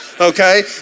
Okay